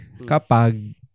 kapag